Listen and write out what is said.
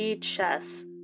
Chess